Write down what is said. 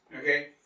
Okay